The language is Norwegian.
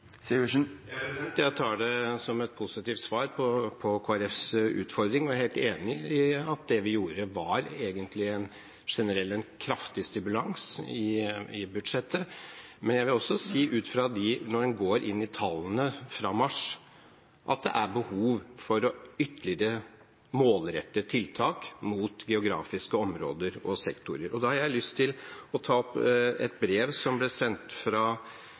Jeg tar det som et positivt svar på Kristelig Folkepartis utfordring. Jeg er helt enig i at det vi gjorde, var egentlig en generell kraftig stimulans i budsjettet, men jeg vil også si, når en går inn i tallene fra mars, at det er behov for ytterligere å målrette tiltak mot geografiske områder og sektorer. Da har jeg lyst til å ta fram et brev som ble sendt – tverrpolitisk – fra